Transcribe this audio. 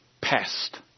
pest